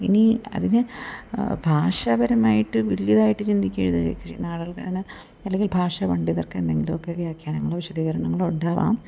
ഇനി അതിന് ഭാഷാപരമായിട്ട് വലിയതായിട്ട് ചിന്തിക്കുക ചെയ്യുന്ന ആളുകൾക്കതിന് അല്ലെങ്കിൽ ഭാഷ പണ്ഡിതർക്ക് എന്തെങ്കിലുമൊക്കെ വ്യാഖ്യാനങ്ങൾ വിശദീകരണങ്ങൾ ഉണ്ടാവാം